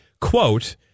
Quote